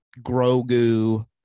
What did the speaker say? Grogu